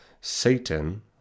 Satan